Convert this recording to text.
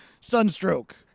Sunstroke